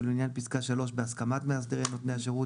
ולעניין פסקה (3) בהסכמת מאסדרי נותני השירות,